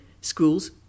schools